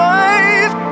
life